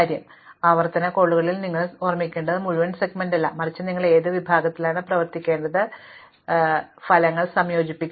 അതിനാൽ ആവർത്തന കോളിൽ നിങ്ങൾ ഓർമ്മിക്കേണ്ടത് മുഴുവൻ സെഗ്മെന്റല്ല മറിച്ച് നിങ്ങൾ ഏത് വിഭാഗത്തിലാണ് പ്രവർത്തിക്കേണ്ടത് ഫലങ്ങൾ സംയോജിപ്പിക്കേണ്ടതില്ല